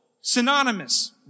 synonymous